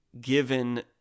given